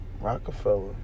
Rockefeller